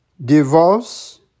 Divorce